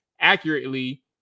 accurately